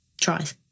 tries